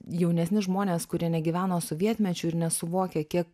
jaunesni žmonės kurie negyveno sovietmečiu ir nesuvokia kiek